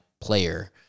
player